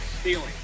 Stealing